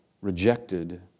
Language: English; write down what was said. rejected